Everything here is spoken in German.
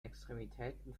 extremitäten